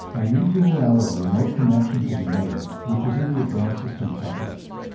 i need to allow a remote connection to be made, which is in the advanced system properties.